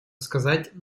сказать